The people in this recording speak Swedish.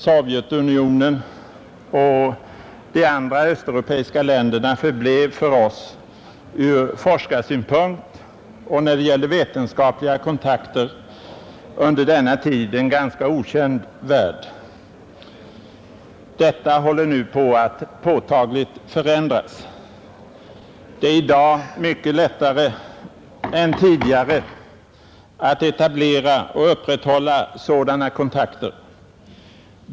Sovjetunionen och de andra östeuropeiska länderna förblev för oss ur forskarsynpunkt och när det gäller vetenskapliga kontakter under denna tid en ganska okänd värld. Detta håller nu på att påtagligt förändras. Det är i dag mycket lättare än tidigare att etablera och upprätthålla sådana kontakter.